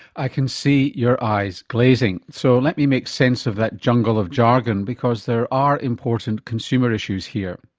i can see your eyes glazing. so let me make sense of that jungle of jargon because there are important consumer issues here.